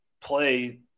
play